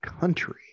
country